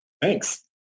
Thanks